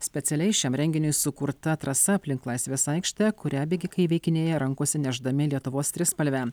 specialiai šiam renginiui sukurta trasa aplink laisvės aikštę kurią bėgikai įveikinėja rankose nešdami lietuvos trispalvę